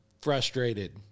frustrated